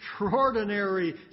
extraordinary